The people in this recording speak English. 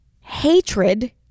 hatred